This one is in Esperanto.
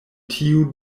tiu